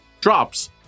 drops